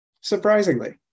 Surprisingly